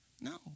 No